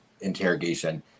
interrogation